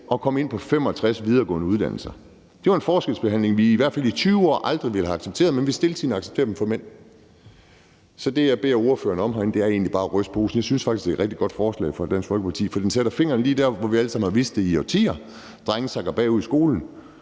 at komme ind på 65 videregående uddannelser. Det vil være en forskelsbehandling, vi i hvert fald i 20 år aldrig ville have accepteret, men vi accepterer den stiltiende for mænd. Så det, jeg beder ordførerne om herinde, er egentlig bare at ryste posen. Jeg synes faktisk, det er et rigtig godt forslag fra Dansk Folkeparti, for det sætter fingeren lige der, hvor vi alle sammen har vidst det har været i årtier: Drenge sakker bagud i skolen.